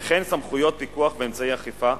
וכן סמכויות פיקוח ואמצעי אכיפה,